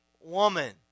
woman